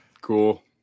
Cool